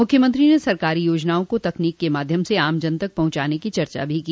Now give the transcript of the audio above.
मुख्यमंत्री ने सरकारी योजनाओं को तकनीक के माध्यम से आम जन तक पहुंचाने की चर्चा भी की